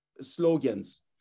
slogans